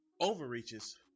overreaches